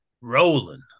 Rolling